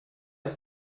ist